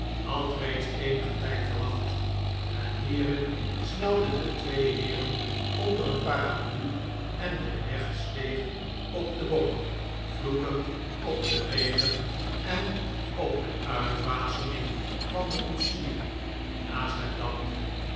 had reeds eenigen tijd gewacht en hierin snelden de twee heeren onder een parapluie en de knecht steeg op den bok vloekend op den regen en op de uitwaseming van den koetsier die naast hem dampte